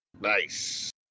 Nice